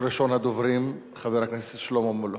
ראשון הדוברים, חבר הכנסת שלמה מולה